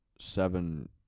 seven